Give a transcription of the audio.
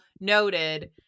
noted